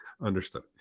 understood